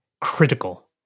critical